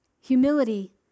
Humility